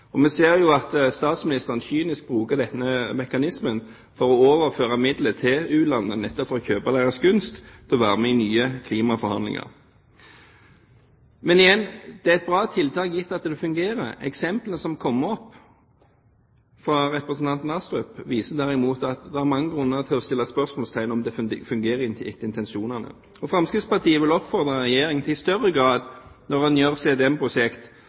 perspektiv. Vi ser jo at statsministeren kynisk bruker denne mekanismen for å overføre midler til u-landene, nettopp for å kjøpe deres gunst til å være med i nye klimaforhandlinger. Men – igjen – det er et bra tiltak, gitt at det fungerer. Eksemplene som kom fra representanten Astrup, viser derimot at det er mange grunner til å stille spørsmål om det fungerer etter intensjonene. Fremskrittspartiet vil oppfordre Regjeringen til i større grad å ta med norsk næringsliv ut når en gjør